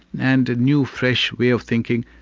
and a new, fresh way of thinking,